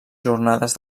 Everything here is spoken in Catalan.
jornades